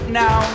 now